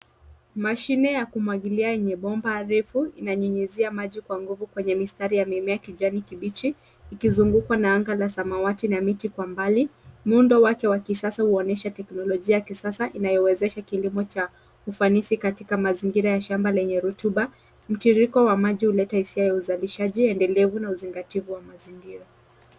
Mashine ya kumwagilia yenye bomba refu, inanyunyuzia maji kwa nguvu kwenye mistari ya mimea ya kijani kibichi ikizungukwa na anga la samawati na miti kwa mbali. Muundo wake wa kisasa huonyesha teknolojia ya kisasa inayowezesha kilimo cha ufanisi katika mazingira ya shamba lenye rotuba. Mtiririko wa maji huleta hisia ya uzalishaji, endelevu na uzingativu wa mazingira.